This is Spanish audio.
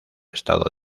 estado